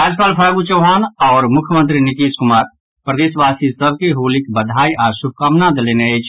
राज्यपाल फागू चौहान आओर मुख्यमंत्री नीतीश कुमार प्रदेशवासी सभ के होलीक बधाई आओर शुभकामना देलनि अछि